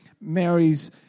Mary's